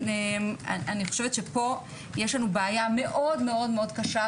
אני חושבת שפה יש לנו בעיה מאוד מאוד קשה,